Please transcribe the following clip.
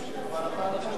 אבל אתה רוצה, אני מוכן.